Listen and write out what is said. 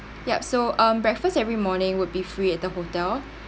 yup so um breakfast every morning would be free at the hotel